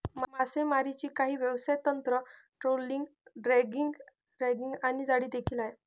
मासेमारीची काही व्यवसाय तंत्र, ट्रोलिंग, ड्रॅगिंग आणि जाळी देखील आहे